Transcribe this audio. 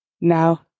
Now